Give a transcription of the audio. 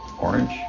orange